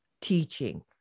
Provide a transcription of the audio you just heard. teaching